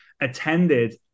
attended